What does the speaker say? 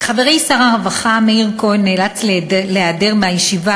חברי שר הרווחה מאיר כהן נאלץ להיעדר מהישיבה